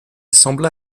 sembla